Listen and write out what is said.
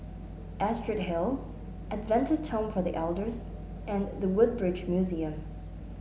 Astrid Hill Adventist Twom for The Elders and The Woodbridge Museum